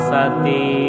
Sati